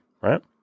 right